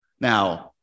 Now